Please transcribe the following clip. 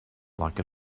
like